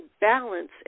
balance